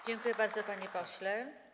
Dziękuję bardzo, panie pośle.